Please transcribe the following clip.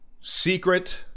Secret